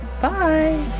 Bye